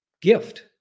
gift